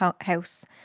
house